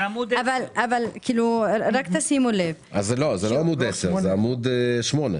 רק תשימו לב --- אז לא עמוד עשר, עמוד שמונה.